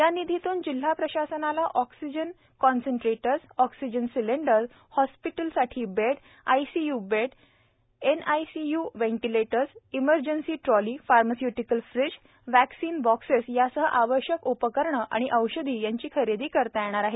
या निधीतून जिल्हा प्रशासनाला oxygen concentrators oxygen cylinder hospital bed I C U bed N I C U ventilators emergency trolley pharmaceutical fridge vaccine बॉक्ससह इतर आवश्यक उपकरणे व औषधे यांची खरेदी करता येणार आहे